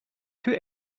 two